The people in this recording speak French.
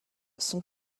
son